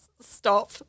stop